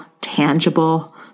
tangible